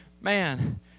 man